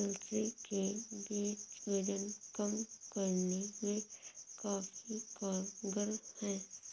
अलसी के बीज वजन कम करने में काफी कारगर है